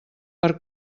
per